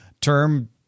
term